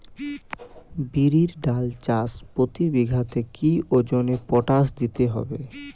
বিরির ডাল চাষ প্রতি বিঘাতে কি ওজনে পটাশ দিতে হবে?